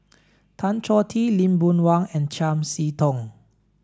Tan Choh Tee Lee Boon Wang and Chiam See Tong